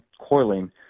coiling